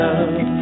Love